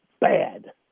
bad